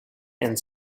and